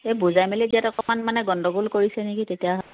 এই বুজাই মেই দিয়াত অকণমান মানে গণ্ডগোল কৰিছে নেকি তেতিয়াহ'লে